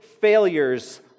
failures